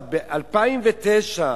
ב-2009,